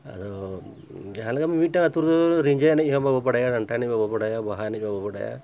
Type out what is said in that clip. ᱟᱫᱚ ᱡᱟᱦᱟᱸ ᱞᱮᱠᱟ ᱢᱤᱫᱴᱟᱝ ᱟᱛᱳ ᱫᱚ ᱨᱤᱸᱡᱷᱟᱹ ᱮᱱᱮᱡ ᱦᱚᱸ ᱵᱟᱯᱮ ᱵᱟᱲᱟᱭᱟ ᱰᱟᱱᱴᱟ ᱮᱱᱮᱡ ᱵᱟᱝ ᱯᱮ ᱵᱟᱲᱟᱭᱟ ᱵᱟᱦᱟ ᱮᱱᱮᱡ ᱵᱟᱯᱮ ᱵᱟᱲᱟᱭᱟ